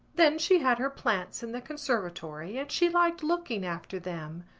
then she had her plants in the conservatory and she liked looking after them.